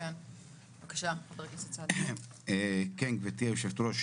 גברתי היושבת ראש,